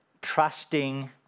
trusting